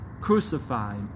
crucified